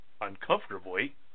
uncomfortably